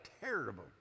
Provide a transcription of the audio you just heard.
terrible